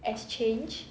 exchange